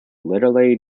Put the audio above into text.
literary